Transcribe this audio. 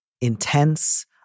intense